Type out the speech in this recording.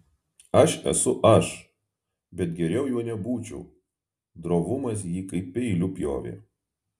aš esu aš bet geriau juo nebūčiau drovumas jį kaip peiliu pjovė